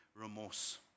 remorse